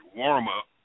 warm-up